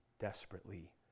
desperately